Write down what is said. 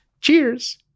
Cheers